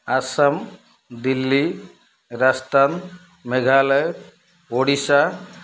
Assam Delhi Rajasthan Meghalaya Odisha